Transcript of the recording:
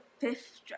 fifth